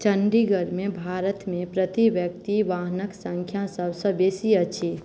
चण्डीगढ़मे भारतमे प्रति व्यक्ति वाहनक सङ्ख्या सभसँ बेसी अछि